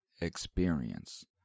experience